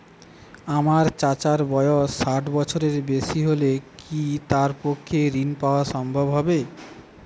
আমার চাচার বয়স ষাট বছরের বেশি হলে কি তার পক্ষে ঋণ পাওয়া সম্ভব হবে?